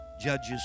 Judges